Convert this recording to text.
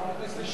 שאילתא חדשה.